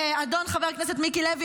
אדון חבר הכנסת מיקי לוי,